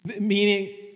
Meaning